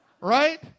Right